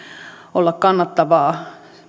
olla kannattavaa